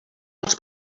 els